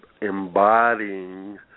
embodying